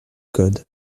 codes